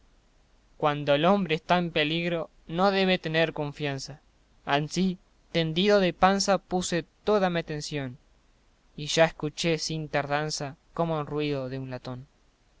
cuando el hombre está en peligro no debe tener confianza ansí tendido de panza puse toda mi atención y ya escuché sin tardanza como el ruido de un latón